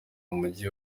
mujyi